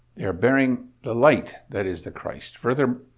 they are bearing the light that is the christ. further,